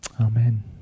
Amen